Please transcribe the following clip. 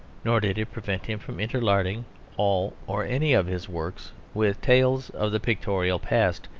nor did it prevent him from interlarding all or any of his works with tales of the pictorial past,